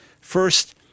First